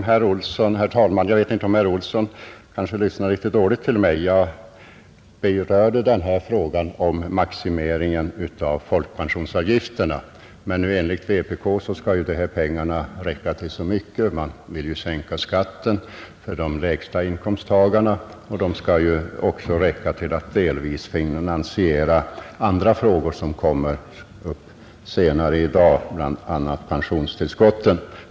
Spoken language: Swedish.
Herr talman! Jag vet inte om herr Olsson i Stockholm kanske lyssnade litet dåligt till mig. Jag berörde frågan om maximeringen av folkpensionsavgifterna, men enligt vpk skall ju pengarna räcka till så mycket. Man vill sänka skatten för de lägsta inkomsttagarna, och pengarna skall också räcka till att delvis finansiera andra saker, som kommer upp till behandling senare i dag, bl.a. pensionstillskotten.